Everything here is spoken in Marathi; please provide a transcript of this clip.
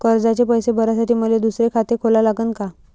कर्जाचे पैसे भरासाठी मले दुसरे खाते खोला लागन का?